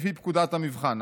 לפי פקודת המבחן.